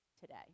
today